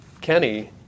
Kenny